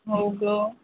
हो गं